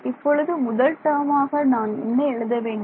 இப்பொழுது முதல் டேர்மாக நான் என்ன எழுத வேண்டும்